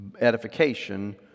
edification